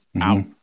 out